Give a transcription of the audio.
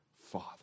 Father